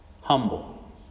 humble